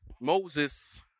Moses